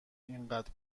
اینقدر